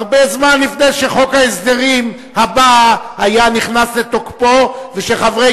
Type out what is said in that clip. הרבה זמן לפני שחוק ההסדרים הבא היה נכנס לתוקפו ושחברי